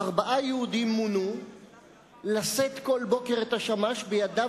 ארבעה יהודים מונו לשאת כל בוקר את השמש בידיו